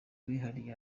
wihariye